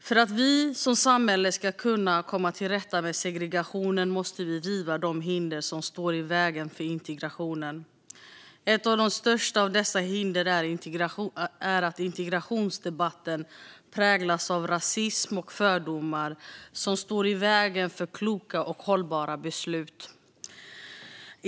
För att vi som samhälle ska kunna komma till rätta med segregationen måste vi riva de hinder som står i vägen för integrationen. Ett av de största av dessa hinder är att integrationsdebatten präglas av rasism och fördomar som står i vägen för kloka och hållbara beslut.